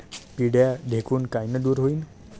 पिढ्या ढेकूण कायनं दूर होईन?